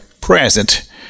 present